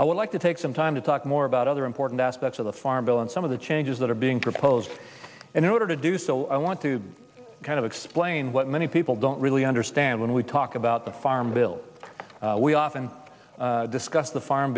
i would like to take some time to talk more about other important aspects of the farm bill and some of the changes that are being proposed in order to do so i want to kind of explain what many people don't really understand when we talk about the farm bill we often discuss the farm